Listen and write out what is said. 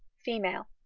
female.